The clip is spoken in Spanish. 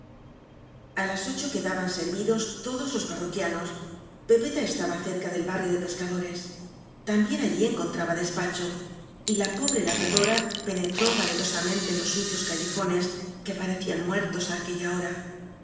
misa a las ocho quedaban servidos todos los parroquianos pepeta estaba cerca del barrio de pescadores también allí encontraba despacho y la po bre labradora penetró valerosamente en los sucios callejones que parecían muertos á aque lla hora